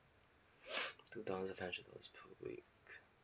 two thousand five hundred once per week